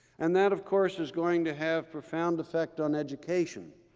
and that, of course, is going to have profound effect on education.